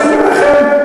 עשיתם לכם,